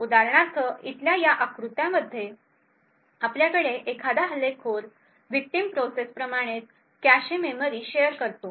उदाहरणार्थ इथल्या या आकृत्यामध्ये आपल्याकडे एखादा हल्लेखोर विक्टिम प्रोसेस प्रमाणेच कॅशे मेमरी शेअर करतो